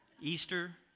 Easter